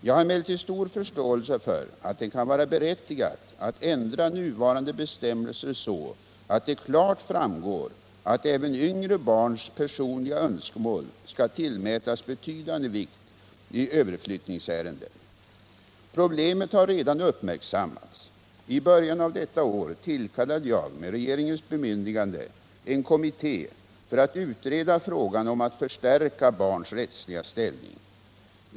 Jag har emellertid stor förståelse för att det kan vara berättigat att ändra nuvarande bestämmelser så att det klart framgår att även yngre barns personliga önskemål skall tillmätas betydande vikt i överflyttningsärenden. Problemet har redan uppmärksammats. I början av detta år tillkallade jag med regeringens bemyndigande en kommitté för att utreda frågan om att förstärka barns rättsliga ställning.